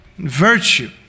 virtue